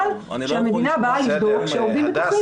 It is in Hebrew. שהמדינה באה לבדוק אם העובדים בטוחים,